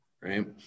right